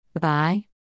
Bye